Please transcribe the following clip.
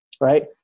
right